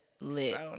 lit